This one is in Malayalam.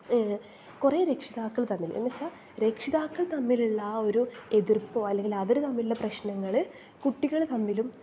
കുറേ രക്ഷിതാക്കൾ തമ്മിൽ എന്ന് വച്ചാൽ രക്ഷിതാക്കൾ തമ്മിൽ ആ ഒരു എതിർപ്പോ അല്ലെങ്കിൽ അവർ തമ്മിലുള്ള പ്രശ്നങ്ങൾ കുട്ടികൾ തമ്മിലും